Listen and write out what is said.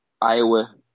Iowa